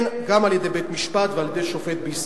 כן, גם על-ידי בית-משפט ועל-ידי שופט בישראל.